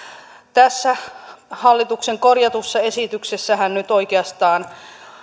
tässä hallituksen korjatussa esityksessähän nyt oikeastaan